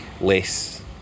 less